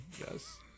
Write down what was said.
Yes